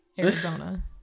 Arizona